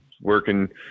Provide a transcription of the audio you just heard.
working